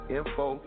info